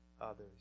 others